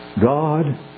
God